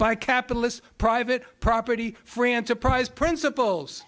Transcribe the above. by capitalist private property free enterprise principles